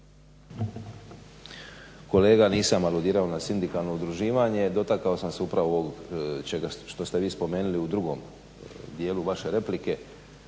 Kolega, nisam aludirao na sindikalno udruživanje. Dotakao sam se upravo ovog što ste vi spomenuli u drugom dijelu vaše replike.